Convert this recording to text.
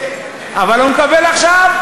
אבל הוא מקבל עכשיו.